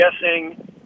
guessing